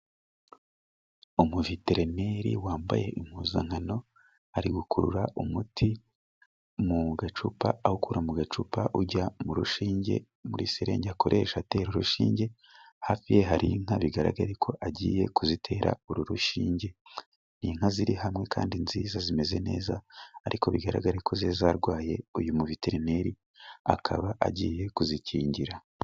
Umuveterineri wambaye impuzankano ari gukurura umuti mu gacupa, awukura mu gacupa ujya mu rushinge muri serenge akoresha atera urushinge, hafi ye hari inka bigaragara ko agiye kuzitera uru rushinge, inka ziri hamwe kandi nziza zimeze neza ,ariko bigaragara ko zari zarwaye uyu muveterineri akaba agiye kuzikingira.